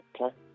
okay